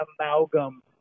amalgam